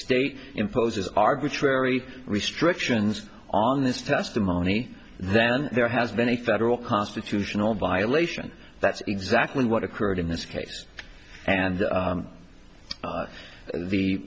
state imposes arbitrary restrictions on this testimony that there has been a federal constitutional violation that's exactly what occurred in this case and